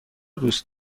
دوست